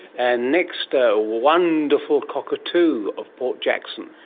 and next, a wonderful cockatoo of port jackson.